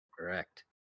correct